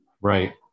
right